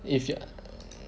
if you err